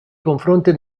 confronti